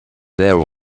there